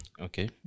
Okay